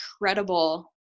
incredible